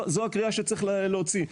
זו הקריאה שצריך להוציא,